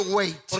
wait